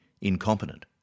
incompetent